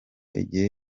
igihe